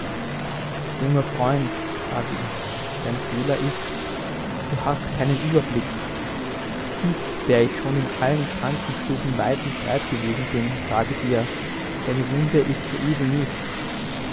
junger freund sage ich dein fehler ist du hast keinen überblick ich der ich schon in allen krankenstuben weit und breit gewesen bin sage dir deine wunde ist so übel nicht